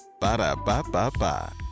Ba-da-ba-ba-ba